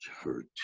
hurt